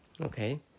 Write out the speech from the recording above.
Okay